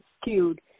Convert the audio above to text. skewed